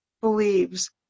believes